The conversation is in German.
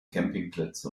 campingplätze